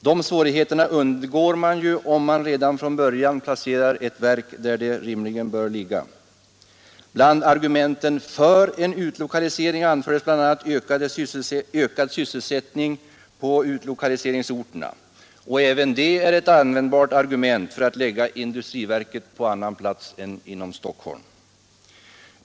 De svårigheterna undgår man om man redan från början placerar ett verk där det rimligen bör ligga. Bland argumenten för en utlokalisering anfördes bl.a. ökad sysselsättning i utlokaliseringsorterna. Även det är ett användbart argument för att lägga industriverket på annan plats än inom Stockholm.